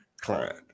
client